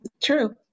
True